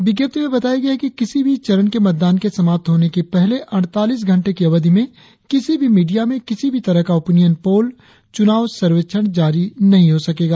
विज्ञप्ति में बताया गया है कि किसी भी चरण के मतदान के समाप्त होने के पहले अड़तालीस घंटे की अवधि में किसी भी मीडिया में किसी भी तरह का ओपीनियन पोल चुनाव सर्वेक्षण जारी नहीं हो सकेगा